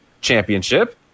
championship